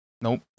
Nope